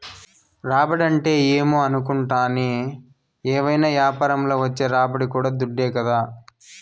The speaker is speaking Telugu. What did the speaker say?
రాబడంటే ఏమో అనుకుంటాని, ఏవైనా యాపారంల వచ్చే రాబడి కూడా దుడ్డే కదా